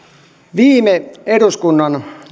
viime eduskunnan